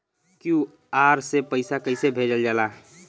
QR से पैसा कैसे भेजल जाला?